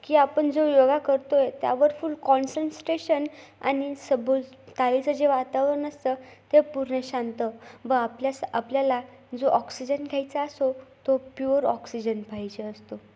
की आपण जो योगा करतो आहे त्यावर फुल कॉन्सनस्ट्रेशन आणि सभोतालचं जे वातावरण असतं ते पूर्ण शांत व आपल्यास आपल्याला जो ऑक्सिजन घ्यायचा असो तो प्युअर ऑक्सिजन पाहिजे असतो